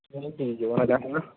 ଏମିତି ଯୋଉମାନେ ଯାହା କହିବେ ନା